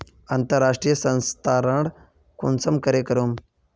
अंतर्राष्टीय स्थानंतरण कुंसम करे करूम?